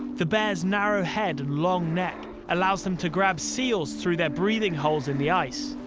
the bear's narrow head and long neck allows them to grab seals through their breathing holes in the ice.